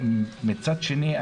מצד שני,